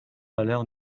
valeur